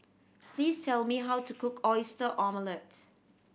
please tell me how to cook Oyster Omelette